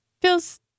Feels